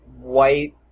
white